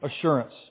assurance